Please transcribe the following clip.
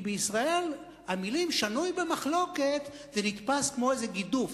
כי בישראל המלים "שנוי במחלוקת" נתפסות כמו איזה גידוף.